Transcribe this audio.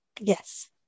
Yes